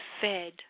fed